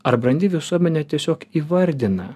ar brandi visuomenė tiesiog įvardina